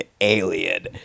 alien